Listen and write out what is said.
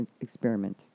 experiment